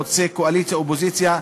חוצה קואליציה אופוזיציה.